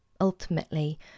ultimately